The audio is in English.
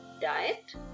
Diet